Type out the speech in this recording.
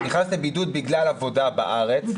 נכנס לבידוד בגלל עבודה בארץ,